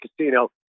Casino